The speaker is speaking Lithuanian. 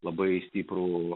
labai stiprų